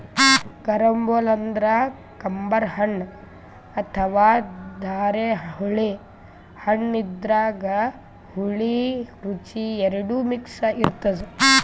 carambola ಅಂದ್ರ ಕಂಬರ್ ಹಣ್ಣ್ ಅಥವಾ ಧಾರೆಹುಳಿ ಹಣ್ಣ್ ಇದ್ರಾಗ್ ಹುಳಿ ರುಚಿ ಎರಡು ಮಿಕ್ಸ್ ಇರ್ತದ್